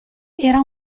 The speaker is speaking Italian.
era